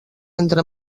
entre